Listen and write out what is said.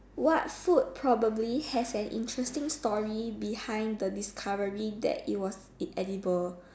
what food probably has an interesting story behind the discovery that it was it edible